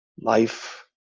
life